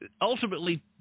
ultimately